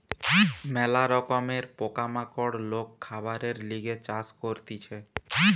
ম্যালা রকমের পোকা মাকড় লোক খাবারের লিগে চাষ করতিছে